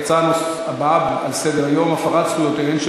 ההצעה הבאה על סדר-היום: הפרת זכויותיהן של